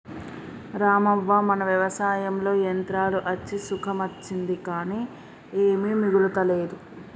రామవ్వ మన వ్యవసాయంలో యంత్రాలు అచ్చి సుఖం అచ్చింది కానీ ఏమీ మిగులతలేదు